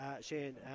shane